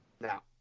Now